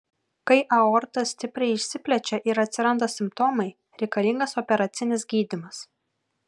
kai aorta stipriai išsiplečia ir atsiranda simptomai reikalingas operacinis gydymas